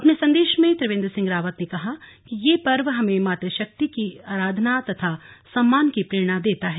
अपने संदेश में त्रिवेन्द्र सिंह रावत ने कहा कि यह पर्व हमें मातृशक्ति की आराधना तथा सम्मान की प्रेरणा देता है